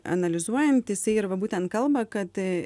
analizuojant jisai ir va būtent kalba kad